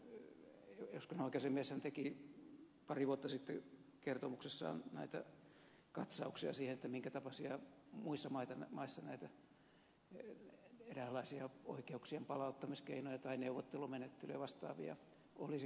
siinä eduskunnan oikeusasiamies teki pari vuotta sitten kertomuksessaan katsauksia siihen minkä tapaisia eräänlaisia oi keuksien palauttamiskeinoja tai neuvottelumenettelyjä ja vastaavia olisi käytössä muissa maissa